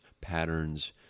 patterns